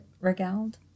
regaled